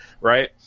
right